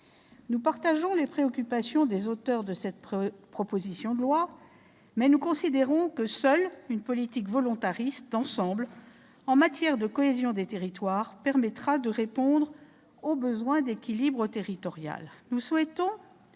Nous partageons les préoccupations des auteurs de cette proposition de loi, mais nous considérons que seule une politique volontariste d'ensemble en matière de cohésion des territoires permettra de répondre au besoin d'équilibre territorial. Nous souhaitons